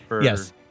Yes